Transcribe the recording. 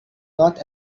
not